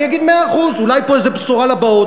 אני אגיד: מאה אחוז, אולי פה זו איזו בשורה לבאות.